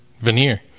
veneer